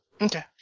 Okay